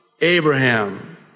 Abraham